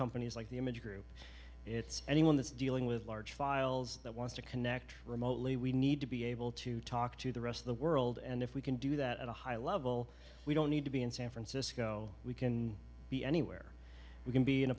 companies like the image group it's anyone that's dealing with large files that wants to connect remotely we need to be able to talk to the rest of the world and if we can do that at a high level we don't need to be in san francisco we can be anywhere we can be in a